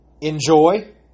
enjoy